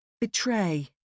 Betray